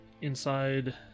inside